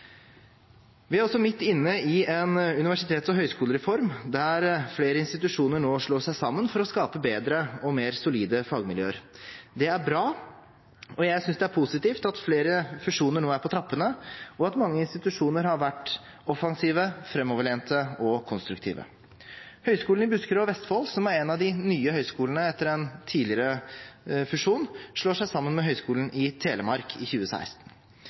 Vi er også midt inne i en universitets- og høyskolereform der flere institusjoner nå slår seg sammen for å skape bedre og mer solide fagmiljøer. Det er bra, og jeg synes det er positivt at flere fusjoner nå er på trappene, og at mange institusjoner har vært offensive, framoverlente og konstruktive. Høgskolen i Buskerud og Vestfold, som er en av de nye høyskolene etter en tidligere fusjon, slår seg sammen med Høgskolen i Telemark i 2016.